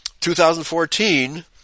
2014